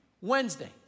Wednesday